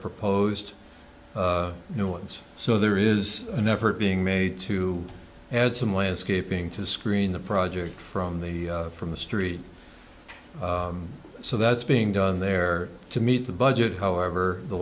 proposed new ones so there is an effort being made to add some landscaping to screen the project from the from the street so that's being done there to meet the budget however the